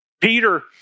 Peter